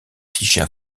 fichier